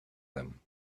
them